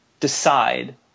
decide